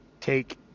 take